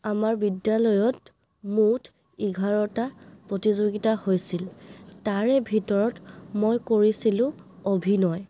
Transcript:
আমাৰ বিদ্যালয়ত মুঠ এঘাৰটা প্ৰতিযোগিতা হৈছিল তাৰে ভিতৰত মই কৰিছিলোঁ অভিনয়